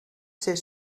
ser